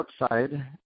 outside